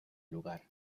lugar